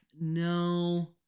No